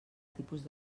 tipus